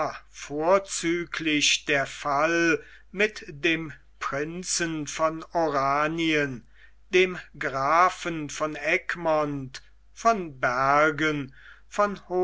vorzüglich der fall mit dem prinzen von oranien dem grafen von egmont von bergen von